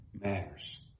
matters